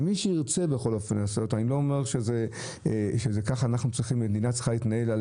אני לא אומר שכך המדינה צריכה להתנהל,